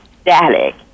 static